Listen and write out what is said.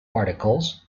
articles